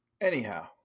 Anyhow